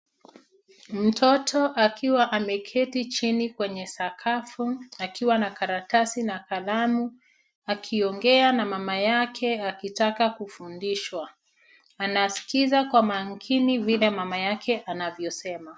Mtoto akiwa ameketi chini kwenye sakafu akiwa na karatasi na kalamu akiongea na mama yake akitaka kufundishwa. Anaskiza kwa makini vile mama yake anavyosema.